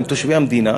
הם תושבי המדינה,